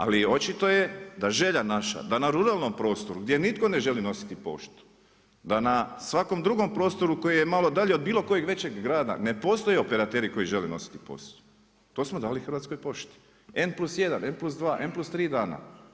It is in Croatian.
Ali, očito je da želja naša, da na ruralnom prostoru, gdje nitko ne želi nositi poštu, da na svakom drugom prostoru koji je malo dalje od bilo kojeg većeg grada ne postoje operateri koji žele nositi poštu, to smo dali Hrvatskoj pošti, N+1, N+2, N+3 dana.